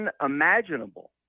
unimaginable